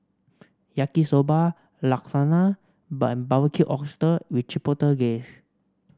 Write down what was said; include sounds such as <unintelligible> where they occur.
Yaki Soba Lasagna <unintelligible> Barbecued Oysters with Chipotle <unintelligible>